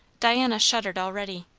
diana shuddered already.